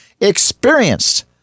experienced